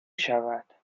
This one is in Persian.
شود